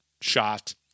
shot